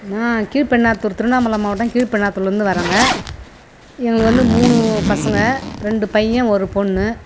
நான் கீழ்பென்னாத்தூர் திருவண்ணாமலை மாவட்டம் கீழ்பென்னாத்தூரிலேருந்து வரேங்க எனக்கு வந்து மூணு பசங்கள் ரெண்டு பையன் ஒரு பொண்ணு